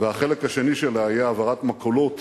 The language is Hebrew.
והחלק השני שלה יהיה העברת מכולות